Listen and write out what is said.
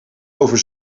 over